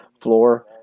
floor